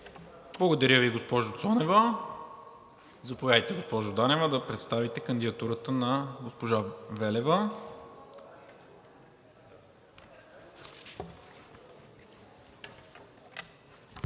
Благодаря Ви, госпожо Цонева. Заповядайте, госпожо Данева да представите кандидатурата на госпожа Велева.